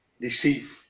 deceive